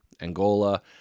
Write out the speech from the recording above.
Angola